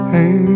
Hey